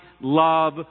love